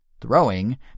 throwing